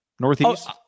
Northeast